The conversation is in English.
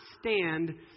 stand